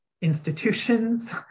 institutions